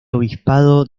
obispado